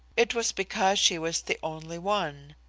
it was because she was the only one.